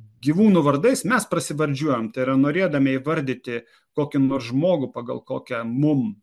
gyvūnų vardais mes prasivardžiuojam tai yra norėdami įvardyti kokį nors žmogų pagal kokią mum